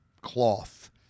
cloth